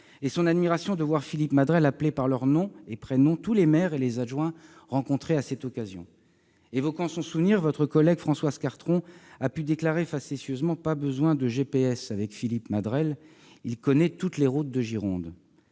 et son admiration de voir Philippe Madrelle appeler par leurs nom et prénom tous les maires et les adjoints rencontrés à cette occasion. Évoquant son souvenir, votre collègue Françoise Cartron a pu déclarer facétieusement :« Pas besoin de GPS avec Philippe Madrelle : il connaît toutes les routes de Gironde !